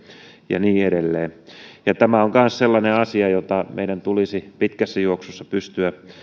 ja niin edelleen tämä on kanssa sellainen asia jota meidän tulisi pitkässä juoksussa pystyä